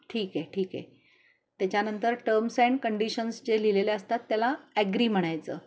ठीक आहे ठीक आहे त्याच्यानंतर टम्स अँड कंडिशन्स जे लिहिले असतात त्याला ॲग्री म्हणायचं